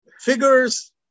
figures